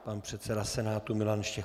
Pan předseda Senátu Milan Štěch.